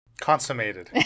Consummated